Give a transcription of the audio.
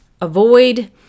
avoid